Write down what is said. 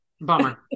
bummer